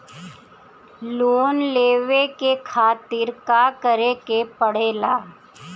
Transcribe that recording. Loan लेवे के खातिर का करे के पड़ेला?